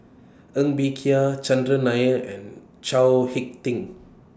Ng Bee Kia Chandran Nair and Chao Hick Tin